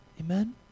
Amen